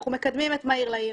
אנחנו מקדמים את 'מהיר לעיר',